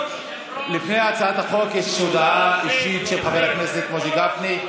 לפני הצעת החוק יש הודעה אישית של חבר הכנסת משה גפני.